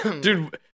dude